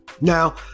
Now